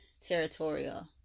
territorial